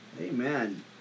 Amen